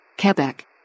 Quebec